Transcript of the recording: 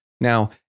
Now